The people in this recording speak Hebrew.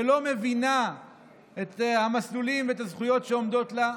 שלא מבינה את המסלולים ואת הזכויות שעומדות לה,